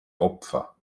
opfer